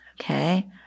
okay